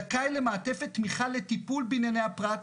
זכאי למעטפת תמיכה לטיפול בענייני הפרט,